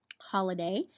holiday